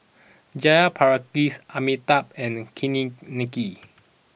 Jayaprakash Amitabh and Makineni